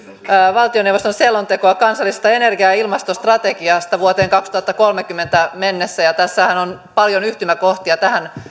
valtioneuvoston selontekoa kansallisesta energia ja ja ilmastostrategiasta vuoteen kaksituhattakolmekymmentä mennessä ja tässähän on paljon yhtymäkohtia tähän